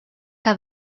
que